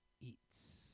Eats